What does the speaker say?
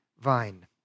vine